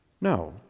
No